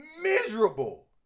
Miserable